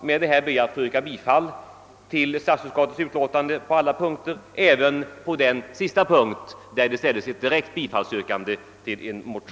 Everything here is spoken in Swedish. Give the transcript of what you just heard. Med detta ber jag att få yrka bifall till statsutskottets hemställan vid alla moment under denna punkt.